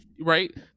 right